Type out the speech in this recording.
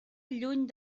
lluny